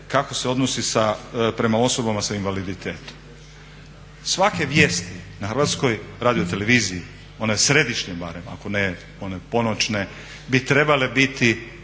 kako se odnosi prema osobama sa invaliditetom. Svake vijesti na Hrvatskoj radioteleviziji one središnje barem ako ne one ponoćne bi trebale biti,